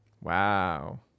Wow